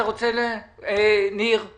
תיירות